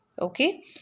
okay